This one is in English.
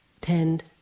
tend